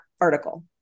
article